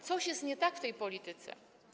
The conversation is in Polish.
Coś jest nie tak w tej polityce.